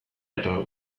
eta